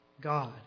God